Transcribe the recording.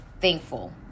thankful